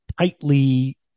tightly